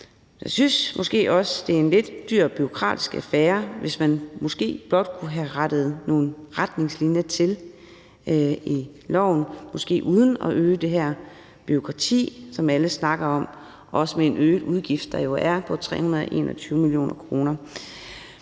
Jeg synes måske også, at det er en lidt dyr og bureaukratisk affære, hvis man måske blot kunne have rettet nogle retningslinjer til i loven – måske uden at øge det her bureaukrati, som alle snakker om – når man tænker på den øgede udgift, der jo er på 321 mio. kr.